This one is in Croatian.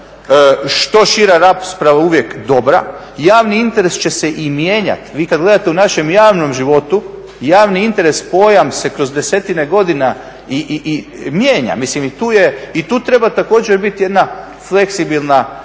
Što šira rasprava je uvijek dobra i javni interes će se i mijenjati. Vi kad gledate u našem javnom životu javni interes pojam se kroz desetine godina i mijenja. Mislim i tu treba također biti jedna fleksibilna